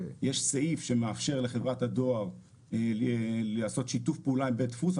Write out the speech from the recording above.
יש סעיף שמאפשר לחברת הדואר לעשות שיתוף פעולה עם בית דפוס.